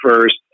first